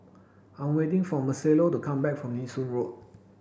I'm waiting for Marcelo to come back from Nee Soon Road